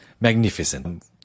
magnificent